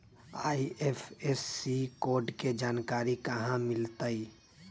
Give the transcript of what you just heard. IFSC code के जानकारी कहा मिलतई